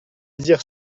dire